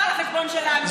לא על החשבון שלנו.